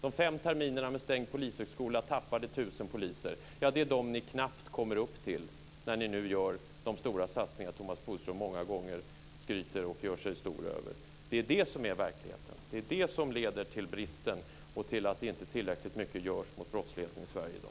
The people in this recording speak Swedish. De fem terminerna med stängd polishögskola innebar 1 000 poliser mindre. Det är de siffrorna ni knappt kommer upp till när ni nu gör de stora satsningar Thomas Bodström skrutit om så många gånger. Det är det som är verkligheten. Det är det som leder till att det blir brister och till att inte tillräckligt görs mot brottsligheten i Sverige i dag.